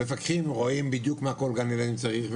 מפקחים רואים בדיוק מה כל גן ילדים צריך,